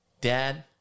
Dad